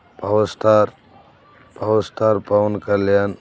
power star power star Pawan Kalyan